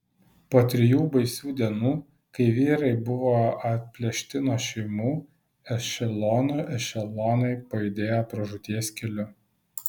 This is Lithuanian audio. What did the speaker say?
po trijų baisių dienų kai vyrai buvo atplėšti nuo šeimų ešelonų ešelonai pajudėjo pražūties keliu